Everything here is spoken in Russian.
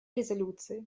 резолюции